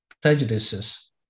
prejudices